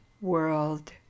world